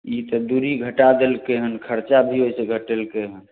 ई तऽ दूरी घटा देलकै हँ खरचा भी ओहिसँ घटेलकै हँ